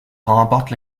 remporte